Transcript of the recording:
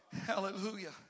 hallelujah